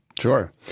Sure